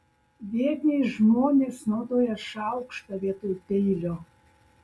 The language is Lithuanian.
vietiniai žmonės naudoja šaukštą vietoj peilio